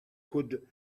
could